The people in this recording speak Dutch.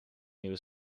nieuwe